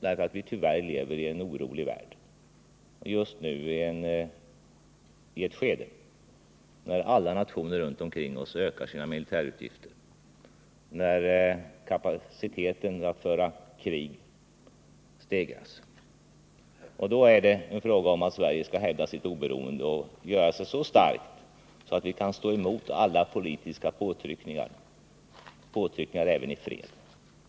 därför att vi tyvärr lever i en orolig värld — just nu i ett skede när alla nationer runt omkring oss ökar sina militära utgifter, när kapaciteten att föra krig stegras. Då är det fråga om att Sverige skall hävda sitt oberoende och göra sig så starkt att vi kan stå emot alla politiska påtryckningar, även i fredstid.